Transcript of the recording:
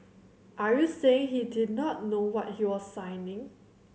are you saying he did not know what he was signing